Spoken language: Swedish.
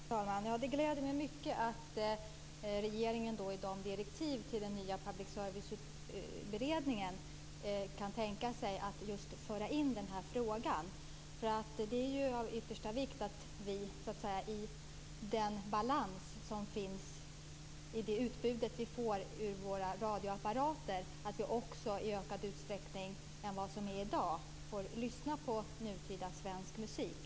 Fru talman! Det gläder mig mycket att regeringen i direktiv till den nya public service-beredningen kan tänka sig att just föra in den här frågan. Det är ju av yttersta vikt, i den balans som finns i det utbud vi får i våra radioapparater, att vi också i ökad utsträckning jämfört med i dag får lyssna på nutida svensk musik.